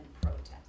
protest